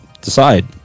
decide